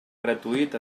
gratuït